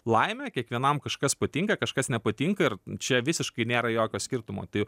laimę kiekvienam kažkas patinka kažkas nepatinka ir čia visiškai nėra jokio skirtumo tai